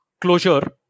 closure